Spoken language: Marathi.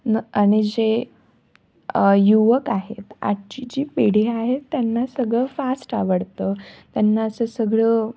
न आणि जे युवक आहेत आजची जी पिढी आहे त्यांना सगळं फास्ट आवडतं त्यांना असं सगळं